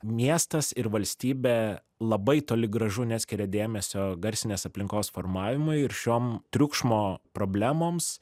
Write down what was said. miestas ir valstybė labai toli gražu neskiria dėmesio garsinės aplinkos formavimui ir šiom triukšmo problemoms